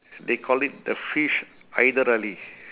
they call it the fish haider ali